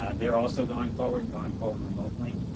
they're also going forward and going forward remotely.